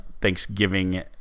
thanksgiving